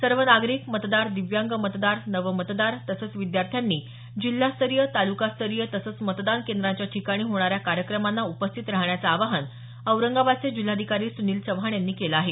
सर्व नागरिक मतदार दिव्यांग मतदार नवमतदार तसंच विद्यार्थ्यांनी जिल्हास्तरीय तालुकास्तरीय तसंच मतदान केंद्राच्या ठिकाणी होणाऱ्या कार्यक्रमांना उपस्थित राहण्याचं आवाहन औरंगाबादचे जिल्हाधिकारी सुनील चव्हाण यांनी केलं आहे